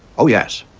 oh yes.